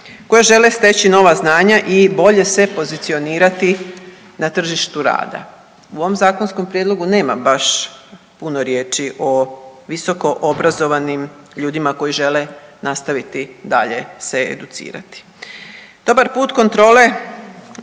koja žele steći nova znanja i bolje se pozicionirati na tržištu rada. U ovom zakonskom prijedlogu nema baš puno riječi o visokoobrazovanim ljudima koji žele nastaviti dalje se educirati. Dobar put kontrole